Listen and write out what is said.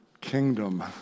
kingdom